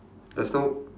there's no